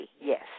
yes